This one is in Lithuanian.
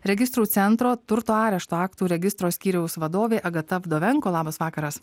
registrų centro turto arešto aktų registro skyriaus vadovė agata vdovenko labas vakaras